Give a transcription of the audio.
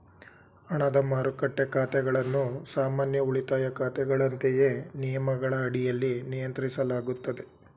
ಹಣದ ಮಾರುಕಟ್ಟೆ ಖಾತೆಗಳನ್ನು ಸಾಮಾನ್ಯ ಉಳಿತಾಯ ಖಾತೆಗಳಂತೆಯೇ ನಿಯಮಗಳ ಅಡಿಯಲ್ಲಿ ನಿಯಂತ್ರಿಸಲಾಗುತ್ತದೆ